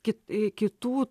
kaip e kitų